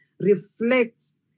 reflects